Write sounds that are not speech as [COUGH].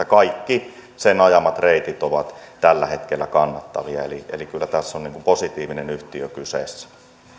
[UNINTELLIGIBLE] kaikki sen ajamat reitit ovat tällä hetkellä kannattavia eli eli kyllä tässä on niin kuin positiivinen yhtiö kyseessä